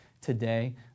today